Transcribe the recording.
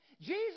Jesus